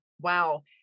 wow